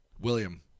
William